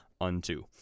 unto